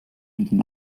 unseren